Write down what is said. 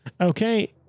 Okay